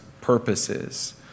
purposes